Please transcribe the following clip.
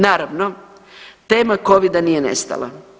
Naravno tema covida nije nestala.